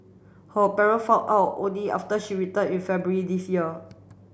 her parent found out only after she return in February this year